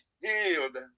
healed